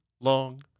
long